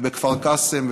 בכפר קאסם,